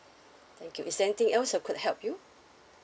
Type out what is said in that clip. okay is there anything else I could help you